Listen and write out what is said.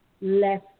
less